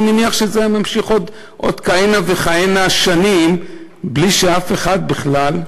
אני מניח שזה היה נמשך עוד כהנה וכהנה שנים בלי שאף אחד בכלל,